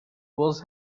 was